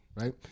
Right